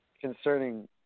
Concerning